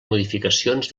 modificacions